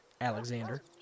Alexander